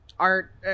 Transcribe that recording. Art